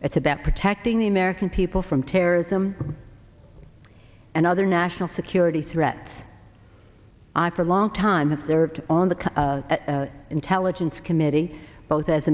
it's about protecting the american people from terrorism and other national security threats i for a long time observed on the intelligence committee both as a